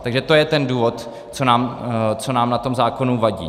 Takže to je ten důvod, co nám na tom zákonu vadí.